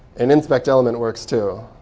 and inspect element works, too.